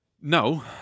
No